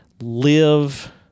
live